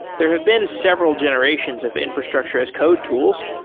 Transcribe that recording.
there have been several generations of infrastructure as code tools,